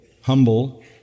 humble